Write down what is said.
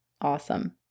awesome